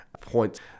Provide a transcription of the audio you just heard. point